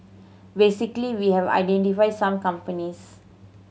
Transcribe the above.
basically we have identified some companies